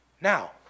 Now